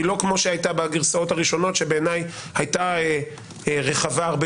היא לא כמו שהיא הייתה בגרסאות הראשונות שבעיניי הייתה רחבה הרבה